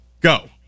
Go